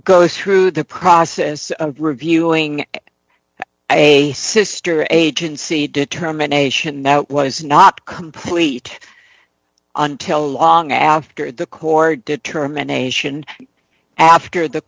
goes through the process of reviewing a sister agency determination that was not complete until long after the court determination after the